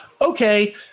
okay